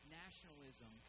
nationalism